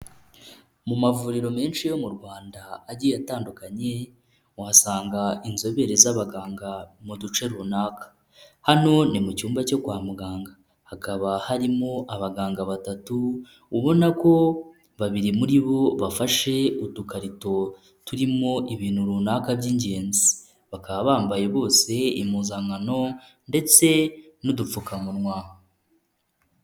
Mu mavuriro menshi yo mu Rwanda agiye atandukanye, wasanga inzobere z'abaganga mu duce runaka. Hano ni mu cyumba cyo kwa muganga. Hakaba harimo abaganga batatu, ubona ko babiri muri bo bafashe udukarito turimo ibintu runaka by'ingenzi. Bakaba bambaye bose impuzankano ndetse n'udupfukamunwa.